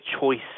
choice